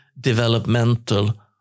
developmental